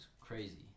crazy